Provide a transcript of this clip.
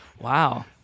wow